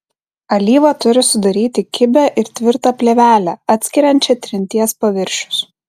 alyva turi sudaryti kibią ir tvirtą plėvelę atskiriančią trinties paviršius